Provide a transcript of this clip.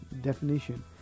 definition